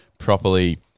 properly